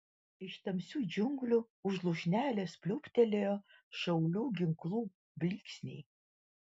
iš tamsių džiunglių už lūšnelės pliūptelėjo šaulių ginklų blyksniai